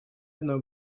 одно